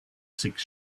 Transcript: six